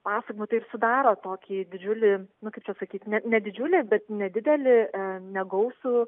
pasakojimų tai ir sudaro tokį didžiulį nu kaip čia sakyt ne ne didžiulį bet nedidelį negausų